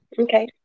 Okay